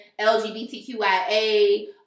LGBTQIA